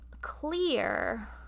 clear